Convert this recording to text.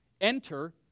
Enter